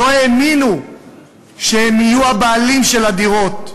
לא האמינו שהם יהיו הבעלים של הדירות,